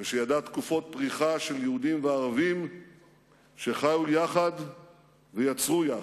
ושידעה תקופות פריחה של יהודים וערבים שחיו יחד ויצרו יחד,